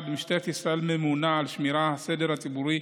משטרת ישראל ממונה על שמירת הסדר הציבורי,